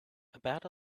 about